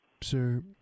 Sir